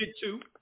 two